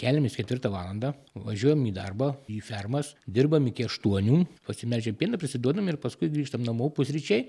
keliamės ketvirtą valandą važiuojam į darbą į fermas dirbam iki aštuonių pasimelžiam pieną prisiduodam ir paskui grįžtam namo pusryčiai